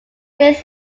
days